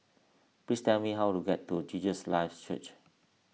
please tell me how to get to Jesus Lives Church